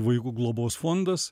vaikų globos fondas